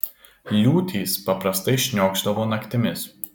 liūtys paprastai šniokšdavo naktimis